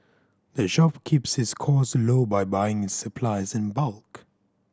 the shop keeps its cost low by buying its supplies in bulk